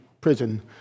prison